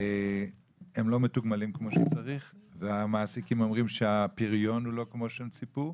לא מתוגמלים כמו שצריך והמעסיקים אומרים שהפריון הוא לא כמו שהם ציפו.